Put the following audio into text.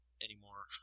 anymore